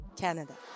Canada